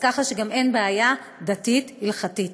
ככה שגם אין בעיה דתית הלכתית.